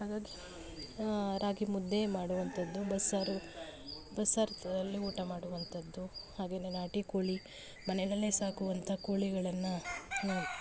ಹಾಗಾಗಿ ರಾಗಿ ಮುದ್ದೆ ಮಾಡುವಂಥದ್ದು ಬಸ್ಸಾರು ಬಸ್ಸಾರು ಅಲ್ಲಿ ಊಟ ಮಾಡುವಂಥದ್ದು ಹಾಗೆಯೇ ನಾಟಿ ಕೋಳಿ ಮನೆಯಲ್ಲೆ ಸಾಕುವಂಥ ಕೋಳಿಗಳನ್ನು